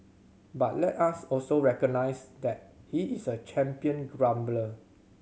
but let us also recognise that he is a champion grumbler